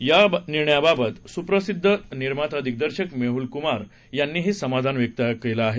या निर्णयाबाबत सुप्रिसिद्ध निर्माता दिग्दर्शक मेहुद कुमार यांनीही समाधान व्यक्त केलं आहे